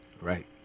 Right